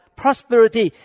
prosperity